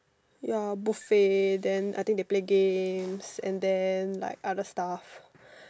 ya buffet then I think they play games and then like other stuff